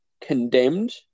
Condemned